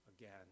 again